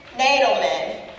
Nadelman